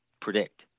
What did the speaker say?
predict